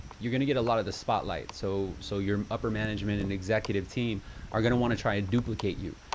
you're gonna get a lot of the spotlight. so, so your upper management and executive team are gonna want to try and duplicate you.